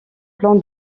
plan